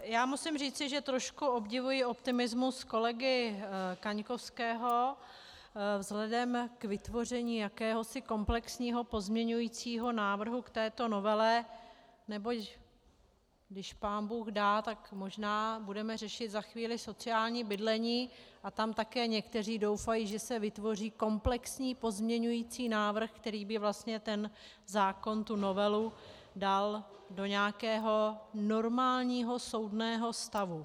Já musím říci, že trošku obdivuji optimismus kolegy Kaňkovského vzhledem k vytvoření jakéhosi komplexního pozměňovacího návrhu k této novele, neboť když pánbůh dá, tak možná budeme řešit za chvíli sociální bydlení a tam také někteří doufají, že se vytvoří komplexní pozměňovací návrh, který by vlastně ten zákon, tu novelu dal do nějakého normálního, soudného stavu.